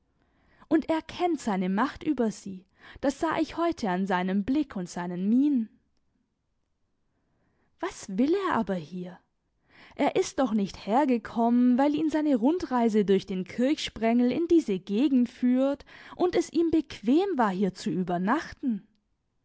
und er kennt seine macht über sie das sah ich heute an seinem blick und seinen mienen was will er aber hier er ist doch nicht hergekommen weil ihn seine rundreise durch den kirchsprengel in diese gegend führt und es ihm bequem war hier zu übernachten